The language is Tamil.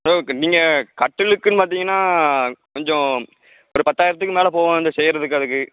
ஓரளவுக்கு நீங்கள் கட்டிலுக்குன்னு பார்த்தீங்கன்னா கொஞ்சம் ஒரு பத்தாயிரத்துக்கு மேல் போவும் அந்த செய்யுறதுக்கு அதுக்கு